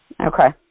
Okay